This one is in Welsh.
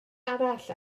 arall